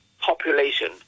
population